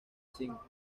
cinco